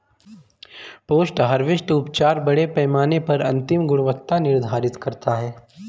post harvest उपचार बड़े पैमाने पर अंतिम गुणवत्ता निर्धारित करता है